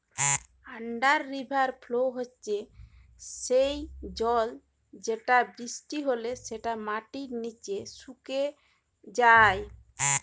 under river flow হচ্যে সেই জল যেটা বৃষ্টি হলে যেটা মাটির নিচে সুকে যায়